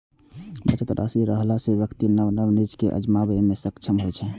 बचत राशि रहला सं व्यक्ति नव नव चीज कें आजमाबै मे सक्षम होइ छै